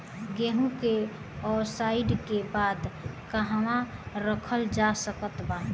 गेहूँ के ओसाई के बाद कहवा रखल जा सकत बा?